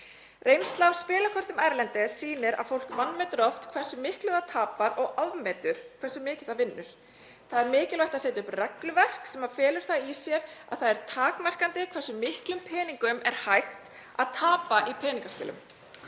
Reynsla af spilakortum erlendis sýnir að fólk vanmetur oft hversu miklu það tapar og ofmetur hversu mikið það vinnur. Það er mikilvægt að setja upp regluverk sem felur í sér að það er takmarkað hversu miklum peningum er hægt að tapa í peningaspilum.